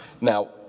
Now